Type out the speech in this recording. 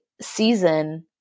season